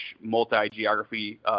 multi-geography